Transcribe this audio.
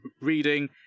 reading